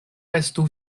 estu